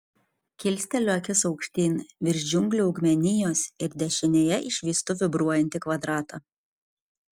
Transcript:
kilsteliu akis aukštyn virš džiunglių augmenijos ir dešinėje išvystu vibruojantį kvadratą